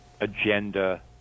agenda